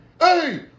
Hey